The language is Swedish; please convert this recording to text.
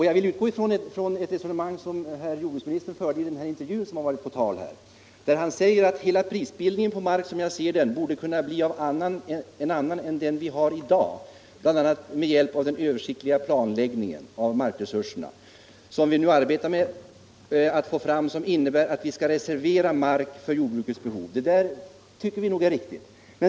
Jag vill utgå ifrån det resonemang som jordbruksministern förde vid den intervju som varit på tal, där han säger: ”Hela prisbildningen på mark som jag ser den borde kunna bli en annan än den vi har i dag bl.a. med hjälp av den översiktliga planläggning av markresurserna som vi nu arbetar med att få fram som innebär att vi skall reservera mark för jordbrukets behov.” Det tror jag nog är riktigt.